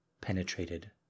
penetrated